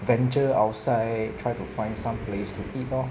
venture outside try to find some place to eat lor